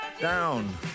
Down